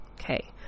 Okay